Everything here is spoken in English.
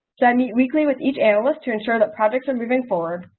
so i meet weekly with each analyst to ensure that projects are moving forward.